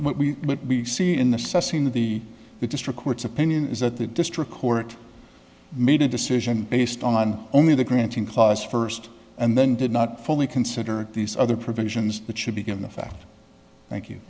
what we see in the setting of the district court's opinion is that the district court made a decision based on only the granting clause first and then did not fully consider these other provisions that should be given the fact thank you